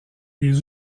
les